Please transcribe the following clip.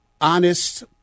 honest